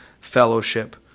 fellowship